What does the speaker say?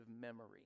memory